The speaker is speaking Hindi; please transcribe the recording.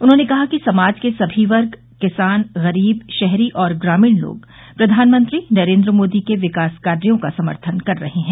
उन्होंने कहा कि समाज के सभी वर्ग किसान गरीब शहरी ग्रामीण लोग प्रधानमंत्री नरेंद्र मोदी के विकास कार्यों का समर्थन कर रहे हैं